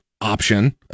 option